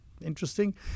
interesting